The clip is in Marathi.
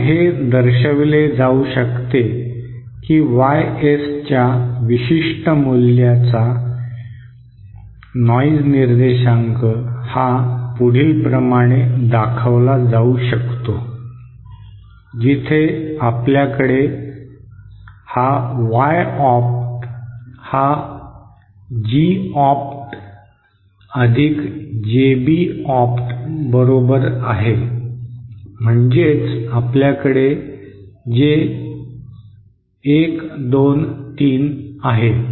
मग हे दर्शविले जाऊ शकते की YS च्या विशिष्ट मूल्याचा नॉइज निर्देशांक हा पुढीलप्रमाणे दाखवला जाऊ शकतो जिथे आपल्याकडे हा Y ऑप्ट हा G ऑप्ट अधिक JB ऑप्ट बरोबर आहे म्हणजेच आपल्याकडे जे 1 2 3 आहे